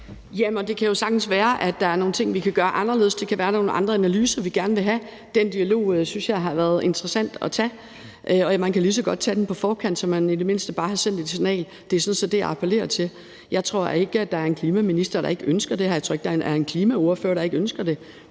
det kan jo sagtens være, at der er nogle ting, vi kan gøre anderledes. Det kan være nogle andre analyser, vi gerne vil have. Den dialog synes jeg har været interessant at tage, og man kan lige så godt tage den på forkant, så man i det mindste bare har sendt et signal. Det er sådan set det, jeg appellerer til. Jeg tror ikke, at der er en klimaminister, der ikke ønsker det her. Jeg tror ikke, at der er en klimaordfører, der ikke ønsker det.